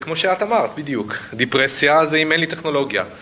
כמו שאת אמרת בדיוק, דיפרסיה זה אם אין לי טכנולוגיה